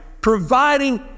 providing